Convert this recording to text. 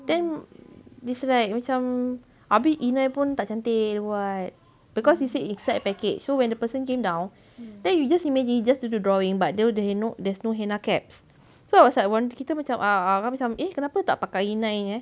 then dislike macam habis inai pun tak cantik dia buat because he said inside package so when the person came down then you just imagine just to do drawing but they don't know there's no henna caps so I was like won~ kita macam ah ah kan macam eh kenapa tak pakai inai eh